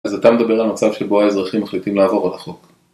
אז אתה מדבר על מצב שבו האזרחים מחליטים לעבור על החוק